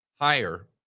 higher